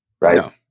right